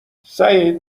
سعید